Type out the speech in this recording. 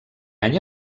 any